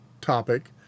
topic